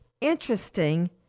Interesting